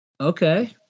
Okay